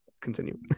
continue